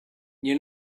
you